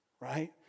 Right